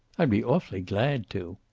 i'll be awfully glad to.